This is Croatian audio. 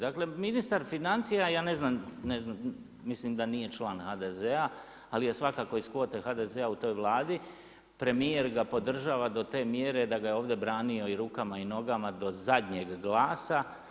Dakle ministar financija, ja ne znam, ne znam, mislim da nije član HDZ-a, ali je svakako ih kvote HDZ-a u toj Vladi, premijer ga podržava do te mjere da ga je ovdje branio i rukama i nogama do zadnjeg glasa.